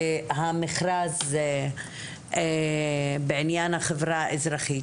המכרז בעניין החברה האזרחית,